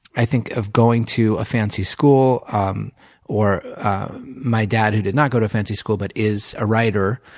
i think, of going to a fancy school um or my dad who did not go to a fancy school but is a writer